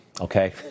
Okay